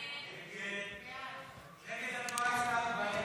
הסתייגות 4 לא נתקבלה.